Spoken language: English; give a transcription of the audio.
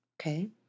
okay